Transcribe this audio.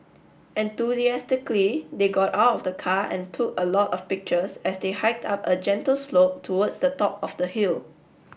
enthusiastically they got out of the car and took a lot of pictures as they hiked up a gentle slope towards the top of the hill